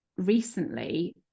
recently